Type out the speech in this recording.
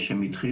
מאז שהם התחילו.